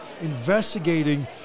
investigating